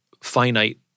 finite